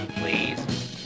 please